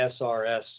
SRS